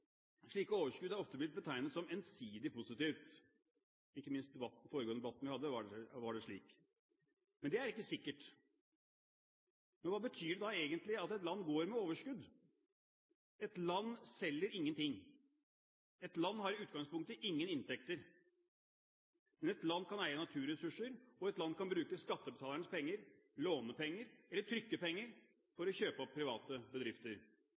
overskudd har ofte blitt betegnet som ensidig positivt – ikke minst i den foregående debatten vi hadde, var det slik. Men det er ikke sikkert. Hva betyr det egentlig at et land går med overskudd? Et land selger ingenting. Et land har i utgangspunktet ingen inntekter. Men et land kan eie naturressurser, og et land kan bruke skattebetalernes penger, låne penger eller trykke penger for å kjøpe opp private bedrifter.